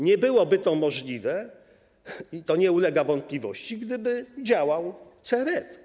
Nie byłoby to możliwe, i to nie ulega wątpliwości, gdyby działał CRF.